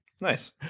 Nice